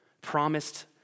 promised